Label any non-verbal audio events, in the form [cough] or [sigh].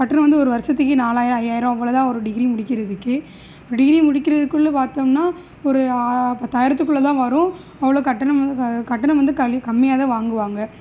கட்டணம் வந்து ஒரு வருஷத்துக்கே நாலாயிரம் ஐயாயிரரூபா போல் தான் வரும் டிகிரி முடிக்கிறதுக்கே டிகிரி முடிக்கிறதுக்குள்ள பார்த்தோம்னா ஒரு பத்தாயிரத்துக்குள்ள தான் வரும் அவ்வளோ கட்டணம் வந்து க கட்டணம் வந்து [unintelligible] கம்மியாக தான் வாங்குவாங்க